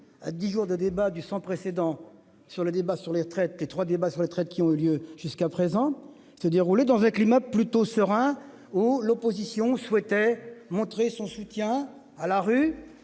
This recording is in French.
à 10 jours de débats du sans précédent sur le débat sur les retraites, les trois débats retraites qui ont eu lieu jusqu'à présent se dérouler dans un climat plutôt serein ou l'opposition souhaitait montrer son soutien à la rue